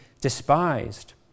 despised